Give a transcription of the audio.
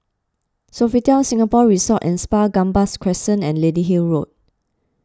Sofitel Singapore Resort and Spa Gambas Crescent and Lady Hill Road